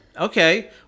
Okay